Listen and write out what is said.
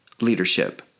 leadership